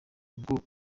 ubwo